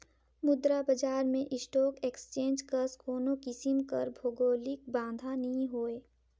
मुद्रा बजार में स्टाक एक्सचेंज कस कोनो किसिम कर भौगौलिक बांधा नी होए